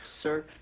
sir